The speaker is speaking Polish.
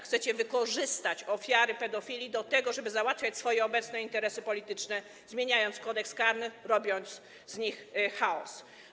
Chcecie wykorzystać ofiary pedofilii do tego, żeby załatwiać swoje obecne interesy polityczne, zmieniając Kodeks karny, robiąc z niego chaos.